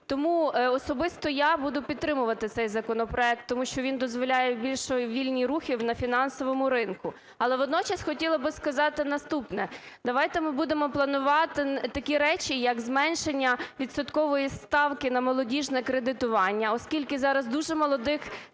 Тому особисто я буду підтримувати цей законопроект, тому що він дозволяє більше вільних рухів на фінансовому ринку. Але водночас хотіла би сказати наступне. Давайте ми будемо планувати такі речі як зменшення відсоткової ставки на молодіжне кредитування, оскільки зараз дуже молодих…